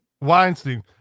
Weinstein